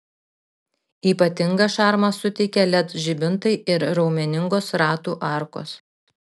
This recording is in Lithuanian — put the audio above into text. ypatingą šarmą suteikia led žibintai ir raumeningos ratų arkos